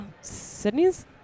Sydney's